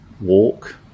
walk